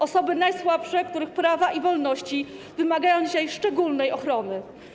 Osoby najsłabsze, których prawa i wolności wymagają dzisiaj szczególnej ochrony.